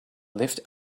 lived